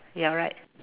you're right